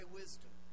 wisdom